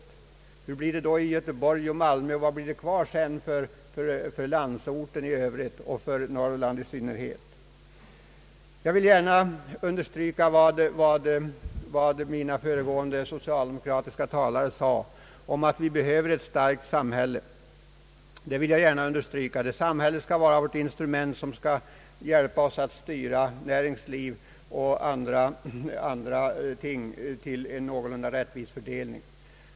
Vi får räkna med stor ökning också i Göteborg och Malmö. Vad blir det sedan kvar för landsorten i övrigt och för Norrland i synnerhet? Jag vill gärna understryka vad föregående socialdemokratiska talare sagt, nämligen att vi behöver ett starkt samhälle. Samhället bör vara det instrument varmed vi skall styra näringsliv och andra ting till en någorlunda rättvis fördelning.